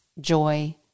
joy